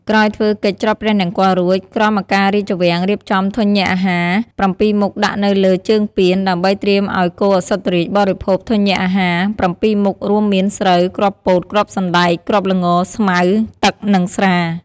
ក្រោយធ្វើកិច្ចច្រត់ព្រះនង្គ័លរួច ក្រមការរាជវាំង រៀបចំធញ្ញអាហារ ៧មុខដាក់នៅលើជើងពាន ដើម្បីត្រៀមឱ្យគោឧសភរាជបរិភោគធញ្ញអាហារ ៧មុខ រួមមាន ស្រូវ គ្រាប់ពោត គ្រាប់សណ្ដែក គ្រាប់ល្ង ស្មៅ ទឹក និងស្រា។